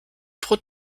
pro